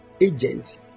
agents